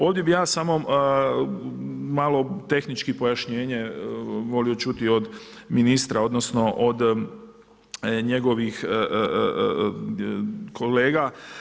Ovdje bi ja samo, malo tehnički pojašnjenje volio čuti od ministra, odnosno, od njegovih kolega.